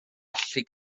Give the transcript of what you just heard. allu